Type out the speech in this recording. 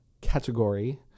category